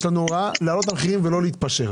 יש לנו הוראה להעלות את המחירים ולא להתפשר.